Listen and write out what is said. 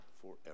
forever